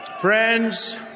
Friends